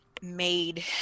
made